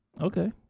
Okay